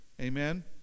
amen